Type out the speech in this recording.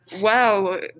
Wow